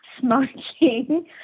smoking